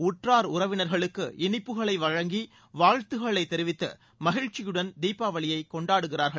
உற்றார் உறவினர்களுக்கு இனிப்புகளை வழங்கி வாழ்த்துக்களை தெரிவித்து மகிழ்ச்சியுடன் தீபாவளியை கொண்டாடுகிறார்கள்